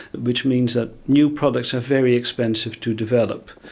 which means that new products are very expensive to develop.